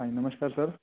Namaskar sir